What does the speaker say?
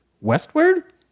Westward